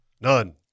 None